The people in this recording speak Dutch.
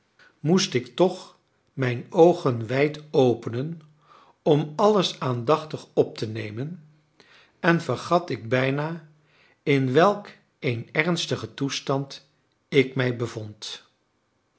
moest ik toch mijn oogen wijd openen om alles aandachtig op te nemen en vergat ik bijna in welk een ernstigen toestand ik mij bevond